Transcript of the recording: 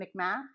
McMath